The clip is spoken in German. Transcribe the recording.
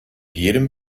jedem